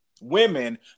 women